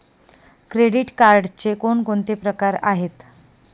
Credit कार्डचे कोणकोणते प्रकार आहेत?